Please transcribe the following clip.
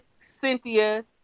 Cynthia